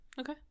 Okay